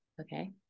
okay